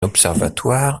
observatoire